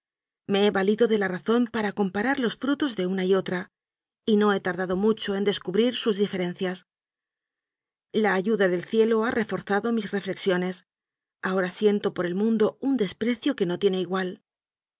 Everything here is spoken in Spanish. he valido de la razón para comparar los frutos de una y otra y no he tardado mucho en descubrir sus diferencias la ayuda del cielo ha reforzado mis reflexiones ahora siento por el mun do un desprecio que no tiene igual